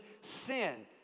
sin